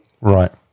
Right